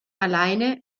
alleine